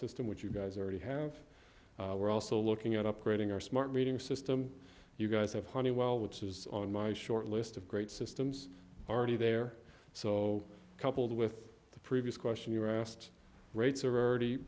system which you guys already have we're also looking at upgrading our smart reading system you guys have honeywell which is on my short list of great systems already there so coupled with the previous question you asked rates are already